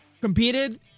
competed